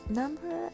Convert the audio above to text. number